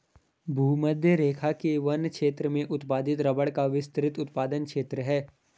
भूमध्यरेखा के वन क्षेत्र में उत्पादित रबर का विस्तृत उत्पादन क्षेत्र है